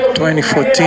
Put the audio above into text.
2014